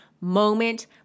moment